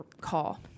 call